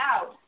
out